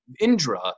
Indra